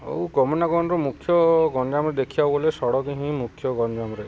ଆଉ ଗମନାଗନର ମୁଖ୍ୟ ଗଞ୍ଜାମରେ ଦେଖିବାକୁ ଗଲେ ସଡ଼କ ହିଁ ମୁଖ୍ୟ ଗଞ୍ଜାମରେ